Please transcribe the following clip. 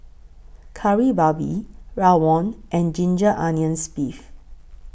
Kari Babi Rawon and Ginger Onions Beef